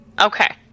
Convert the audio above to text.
Okay